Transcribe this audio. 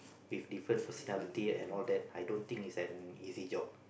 with different personality and all that I don't think is an easy job